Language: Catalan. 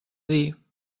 dir